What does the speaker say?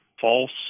false